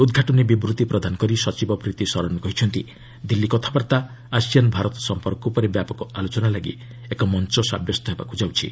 ଉଦ୍ଘାଟନୀ ବିବୃଭି ପ୍ରଦାନ କରି ସଚିବ ପ୍ରତୀଶରନ୍ କହିଛନ୍ତି ଦିଲ୍ଲୀ କଥାବାର୍ତ୍ତା ଆସିଆନ୍ ଭାରତ ସମ୍ପର୍କ ଉପରେ ବ୍ୟାପକ ଆଲୋଚନା ଲାଗି ଏକ ମଞ୍ଚ ସାବ୍ୟସ୍ତ ହେବାକୁ ଯାଉଛି